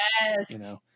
yes